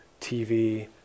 TV